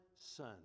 son